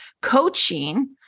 coaching